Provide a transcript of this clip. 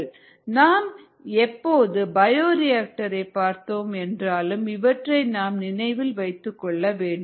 நாம் எப்போது பயோரியாக்டரை பார்த்தோம் என்றாலும் இவற்றை நாம் நினைவில்வைத்துக்கொள்ள வேண்டும்